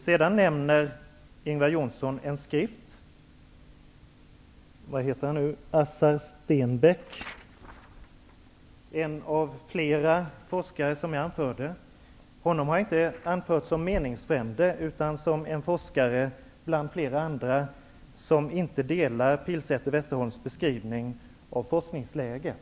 Sedan nämner Ingvar Johnsson Assar Stenbäcks skrift. Stenbäck är en av flera forskare som jag refererat till. Jag har inte anfört Stenbäck som meningsfrände utan som en forskare bland flera andra som inte delar Pilsäter/Westerholms beskrivning av forskningsläget.